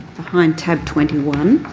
behind tab twenty one.